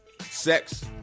sex